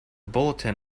bulletin